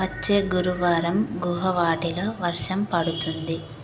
వచ్చే గురువారం గుహవాటిలో వర్షం పడుతుంది